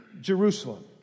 Jerusalem